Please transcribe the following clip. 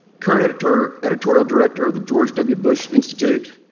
current editorial editorial director of the george w. bush institute.